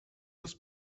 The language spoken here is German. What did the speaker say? das